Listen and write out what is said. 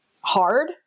hard